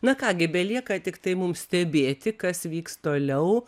na ką gi belieka tiktai mums stebėti kas vyks toliau